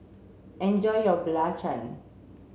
enjoy your Belacan